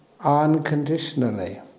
unconditionally